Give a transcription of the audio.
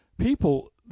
People